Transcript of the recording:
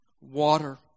water